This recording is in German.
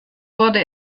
wurde